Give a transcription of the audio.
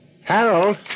Harold